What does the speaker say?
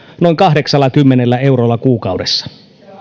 noin kahdeksallakymmenellä eurolla kuukaudessa